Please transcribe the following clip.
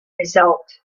result